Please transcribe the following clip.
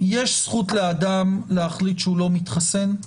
יש זכות לאדם להחליט שהוא לא מתחסן.